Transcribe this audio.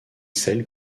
celle